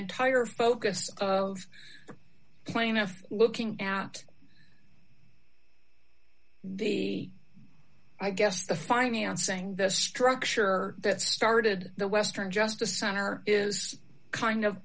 entire focus of the plaintiff looking at the i guess the financing the structure that started the western justice center is kind of